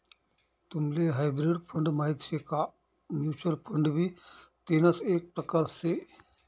तुम्हले hybrid fund माहित शे का? म्युच्युअल फंड भी तेणाच एक प्रकार से